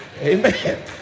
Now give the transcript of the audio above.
Amen